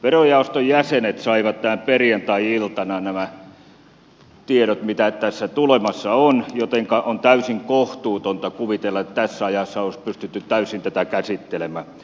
verojaoston jäsenet saivat perjantai iltana nämä tiedot jotka tässä tulossa ovat jotenka on täysin kohtuutonta kuvitella että tässä ajassa olisi pystytty täysin tätä käsittelemään